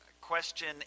question